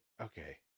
okay